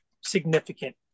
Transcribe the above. significant